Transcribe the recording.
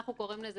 אנחנו קוראים לזה